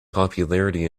popularity